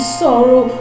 sorrow